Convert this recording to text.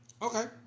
Okay